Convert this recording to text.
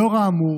לאור האמור,